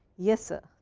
yes sir.